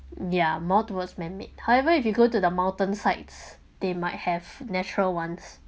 ya more towards manmade however if you go to the mountain sides they might have natural ones